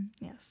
yes